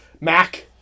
Mac